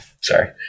Sorry